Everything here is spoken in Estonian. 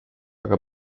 aga